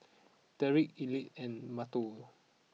Tyrik Ethelyn and Mateo